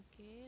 Okay